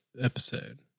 episode